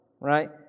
right